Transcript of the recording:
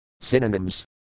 Synonyms